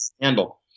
handle